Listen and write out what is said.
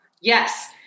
Yes